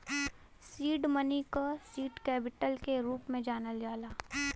seed money क seed capital के रूप में जानल जाला